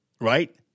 right